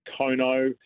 Kono